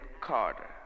Carter